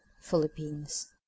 Philippines